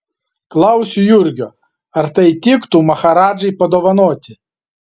klausiu jurgio ar tai tiktų maharadžai padovanoti